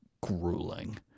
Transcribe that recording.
grueling